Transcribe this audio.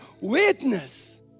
witness